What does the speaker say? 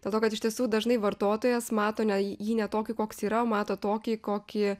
dėl to kad iš tiesų dažnai vartotojas mato ne jį ne tokį koks yra o mato tokį kokį